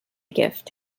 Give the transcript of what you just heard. gift